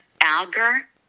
Alger